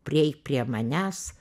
prieik prie manęs